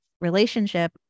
relationship